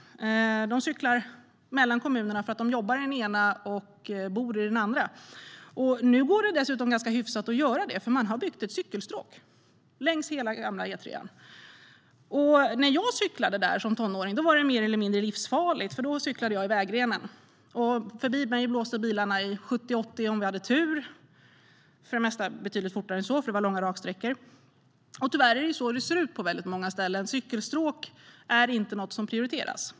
De cyklar mellan kommunerna eftersom de jobbar i den ena och bor i den andra. Nu går det dessutom hyfsat att cykla där. Man har nämligen byggt ett cykelstråk, längs hela gamla E3:an. När jag cyklade där som tonåring var det mer eller mindre livsfarligt. Jag cyklade i vägrenen, och bilarna blåste förbi mig i 70-80 - om jag hade tur. För det mesta körde de betydligt fortare än så; det var långa raksträckor. Tyvärr ser det ut på det sättet på många ställen. Cykelstråk är inte något som prioriteras.